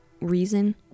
reason